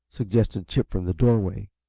suggested chip from the doorway,